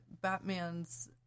Batman's